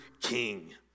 king